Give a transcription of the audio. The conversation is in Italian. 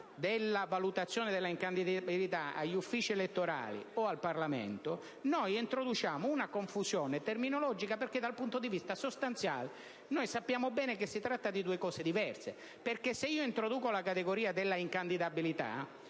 della valutazione di incandidabilità agli uffici elettorali o al Parlamento, introduciamo una confusione terminologica. Dal punto di vista sostanziale, sappiamo bene che invece si tratta di due cose diverse. Infatti, quando si introduce la categoria della incandidabilità,